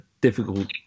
difficult